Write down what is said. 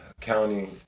county